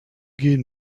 gehen